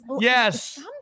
Yes